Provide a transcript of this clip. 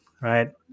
right